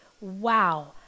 Wow